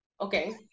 Okay